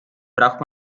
braucht